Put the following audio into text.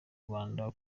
rwanda